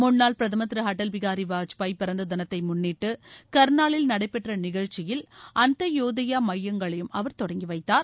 முன்னாள் பிரதம் திரு அடல் பிஹாரி வாஜ்பாய் பிறந்த தினத்தை முன்னிட்டு க்நாலில் நடைபெற்ற நிகழ்ச்சியில் அந்த்தயோதையா மையங்களையும் அவர் தொடங்கி வைத்தார்